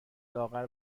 لاغر